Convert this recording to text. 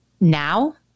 now